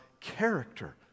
character